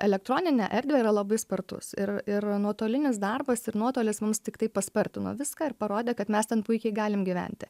elektroninę erdvę yra labai spartus ir ir nuotolinis darbas ir nuotolis mums tiktai paspartino viską ir parodė kad mes ten puikiai galim gyventi